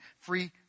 free